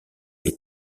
les